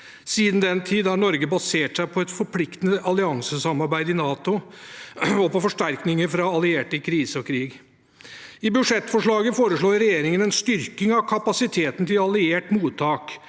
Siden den tid har Norge basert seg på et forpliktende alliansesamarbeid i NATO og på forsterkninger fra allierte i krise og krig. I budsjettforslaget foreslår regjeringen en styrking av kapasiteten til alliert mottak,